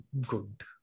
Good